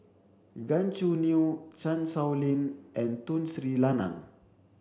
Gan Choo Neo Chan Sow Lin and Tun Sri Lanang